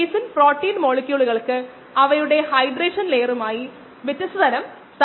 on line offline രീതികൾ എന്നിങ്ങനെ രണ്ട് വ്യത്യസ്ത തരങ്ങളാണെന്ന് നമ്മൾ പറഞ്ഞു